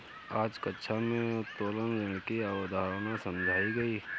आज कक्षा में उत्तोलन ऋण की अवधारणा समझाई गई